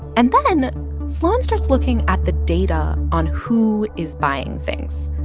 and then sloan starts looking at the data on who is buying things,